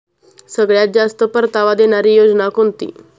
सगळ्यात जास्त परतावा देणारी योजना कोणती?